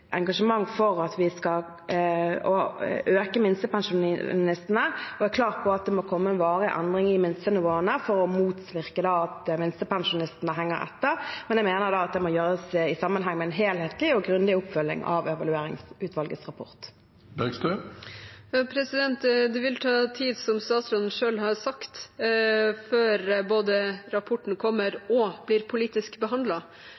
engasjement for å øke minstepensjonen, og jeg er klar på at det må komme en varig endring i minstenivåene for å motvirke at minstepensjonistene henger etter. Men jeg mener at det må gjøres i sammenheng med en helhetlig og grundig oppfølging av evalueringsutvalgets rapport. Det vil ta tid, som statsråden selv har sagt, før rapporten både